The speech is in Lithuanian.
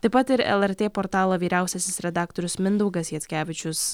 taip pat ir lrt portalo vyriausiasis redaktorius mindaugas jackevičius